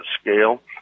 scale